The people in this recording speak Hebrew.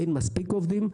אין מספיק עובדים,